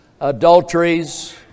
adulteries